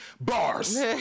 bars